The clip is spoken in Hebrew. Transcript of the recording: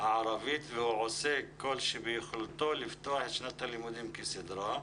הערבית והוא עושה כל שביכולתו לפתוח את שנת הלימודים כסדרה.